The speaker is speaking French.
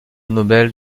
nobel